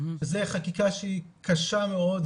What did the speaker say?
זו חקיקה שהיא קשה מאוד,